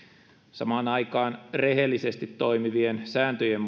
samaan aikaan rehellisesti toimivien sääntöjen